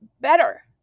better